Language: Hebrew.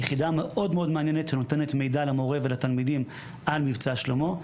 יחידה מאוד מאוד מעניינת שנותנת מידע למורה ולתלמידים על "מבצע שלמה",